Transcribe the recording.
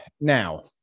now